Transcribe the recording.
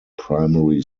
primary